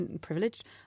Privileged